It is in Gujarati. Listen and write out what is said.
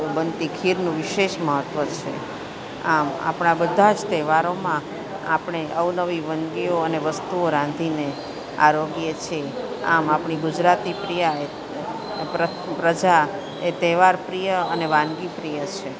બનતી ખીરનું વિશેષ મહત્ત્વ છે આમ આપણા બધા જ તહેવારોમાં આપણે અવનવી વાનગીઓ અને વસ્તુઓ રાંધીને આરોગીએ છીએ આમ આપણી ગુજરાતી પ્રિયાએ પ્ર પ્રજા એ તહેવારપ્રિય અને વાનગીપ્રિય છે